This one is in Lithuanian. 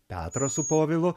petro su povilu